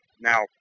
Now